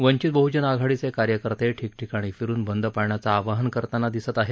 वंचित बहजन आघाडीचे कार्यकर्ते ठिकठिकाणी फिरून बंद पाळण्याचं आवाहन करताना दिसत आहेत